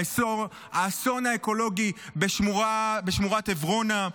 האסון האקולוגי בשמורת עברונה.